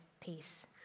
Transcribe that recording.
peace